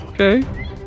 Okay